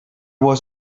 was